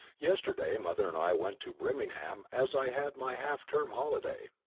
yesterday mother and i went to birmingham as i had my half-term holiday.